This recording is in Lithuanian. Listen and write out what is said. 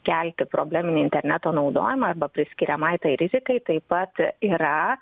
kelti probleminį interneto naudojimą arba priskiriamai tai rizikai taip pat yra